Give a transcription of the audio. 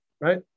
right